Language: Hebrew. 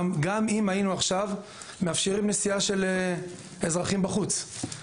גם אם היינו עכשיו מאפשרים נשיאה של אזרחים בחוץ.